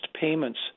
payments